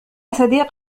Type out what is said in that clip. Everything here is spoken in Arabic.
صديق